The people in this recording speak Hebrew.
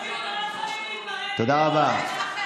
תודה רבה.